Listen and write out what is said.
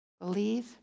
believe